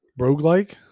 Roguelike